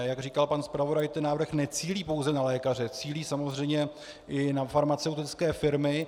Jak říkal pan zpravodaj, ten návrh necílí pouze na lékaře, cílí samozřejmě i na farmaceutické firmy.